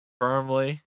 firmly